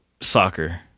Soccer